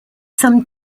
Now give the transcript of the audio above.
some